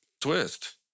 Twist